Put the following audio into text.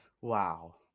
Wow